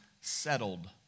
settled